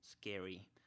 scary